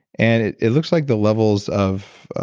and it it looks like the levels of